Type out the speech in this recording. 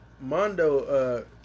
Mondo